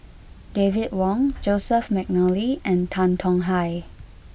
David Wong Joseph McNally and Tan Tong Hye